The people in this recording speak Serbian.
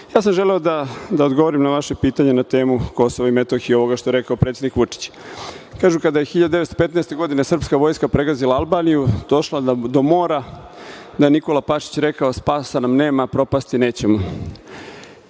sam želeo da odgovorim na vaše pitanje na temu Kosova i Metohije, ovoga što je rekao predsednik Vučić. Kažu kada je 1915. godine srpska vojska pregazila Albaniju, došla do mora, da je Nikola Pašić rekao – spasa nam nema, propasti nećemo.